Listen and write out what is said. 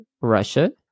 Russia